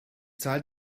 zahl